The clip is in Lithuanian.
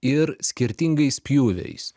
ir skirtingais pjūviais